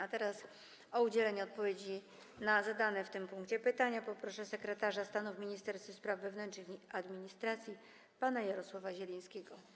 A teraz o udzielenie odpowiedzi na zadane w tym punkcie pytania poproszę sekretarza stanu w Ministerstwie Spraw Wewnętrznych i Administracji pana Jarosława Zielińskiego.